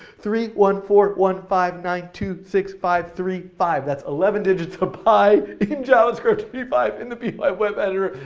three one four one five nine two six five three five, that's eleven digits of pi, in javascript, p five, in the p five web editor,